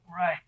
Right